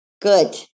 Good